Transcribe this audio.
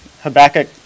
Habakkuk